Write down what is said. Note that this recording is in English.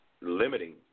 limiting